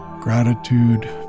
Gratitude